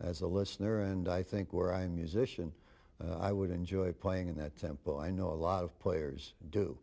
as a listener and i think we're in musician i would enjoy playing in that temple i know a lot of players do